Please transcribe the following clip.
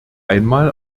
einmal